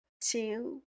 two